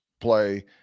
play